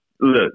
Look